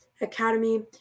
Academy